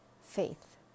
faith